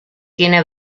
tiene